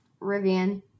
Rivian